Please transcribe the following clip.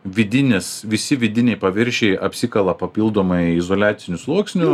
vidinis visi vidiniai paviršiai apsikala papildomai izoliaciniu sluoksniu